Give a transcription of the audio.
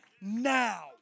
now